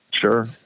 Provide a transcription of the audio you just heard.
sure